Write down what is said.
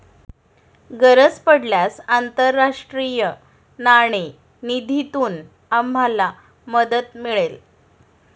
गरज पडल्यास आंतरराष्ट्रीय नाणेनिधीतून आम्हाला मदत मिळेल